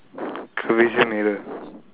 curvature mirror